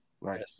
right